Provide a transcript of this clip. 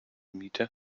miete